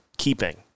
keeping